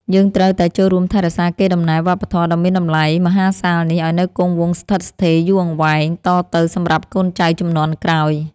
យើងត្រូវតែចូលរួមថែរក្សាកេរដំណែលវប្បធម៌ដ៏មានតម្លៃមហាសាលនេះឱ្យនៅគង់វង្សស្ថិតស្ថេរយូរអង្វែងតទៅសម្រាប់កូនចៅជំនាន់ក្រោយ។